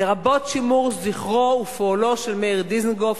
לרבות שימור זכרו ופועלו של מאיר דיזנגוף,